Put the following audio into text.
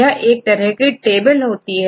यह एक तरह से टेबल होती है